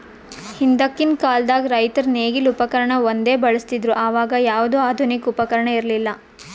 ಹಿಂದಕ್ಕಿನ್ ಕಾಲದಾಗ್ ರೈತರ್ ನೇಗಿಲ್ ಉಪಕರ್ಣ ಒಂದೇ ಬಳಸ್ತಿದ್ರು ಅವಾಗ ಯಾವ್ದು ಆಧುನಿಕ್ ಉಪಕರ್ಣ ಇರ್ಲಿಲ್ಲಾ